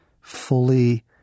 fully